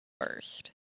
first